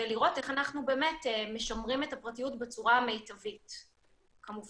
ולראות איך אנחנו באמת משמרים את הפרטיות בצורה המיטבית כמובן.